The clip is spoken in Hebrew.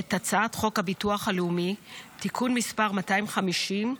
את הצעת חוק הביטוח הלאומי (תיקון מס' 250),